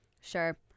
Sure